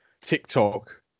tiktok